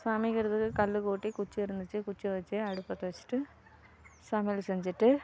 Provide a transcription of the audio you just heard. சமைக்கிறதுக்கு கல் கொட்டி குச்சி இருந்துச்சு குச்சி வச்சி அடுப்பை பற்ற வச்சிட்டு சமையல் செஞ்சுட்டு